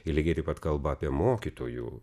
ir lygiai taip pat kalba apie mokytojų